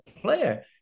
player